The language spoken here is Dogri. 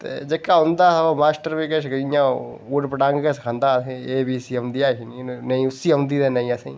ते जेह्का औंदा हा ते ओह् मास्टर बी इं'या उट पटांग गै सखांदा हा ते ए बी सी ना उसी औंदी ही ते ना असेंगी